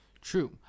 True